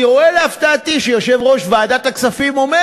אני רואה להפתעתי שיושב-ראש ועדת הכספים אומר